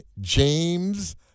James